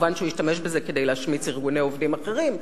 מובן שהוא השתמש בזה כדי להשמיץ ארגוני עובדים אחרים,